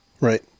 Right